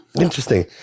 interesting